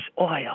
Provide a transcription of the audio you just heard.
oil